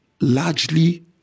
largely